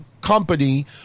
company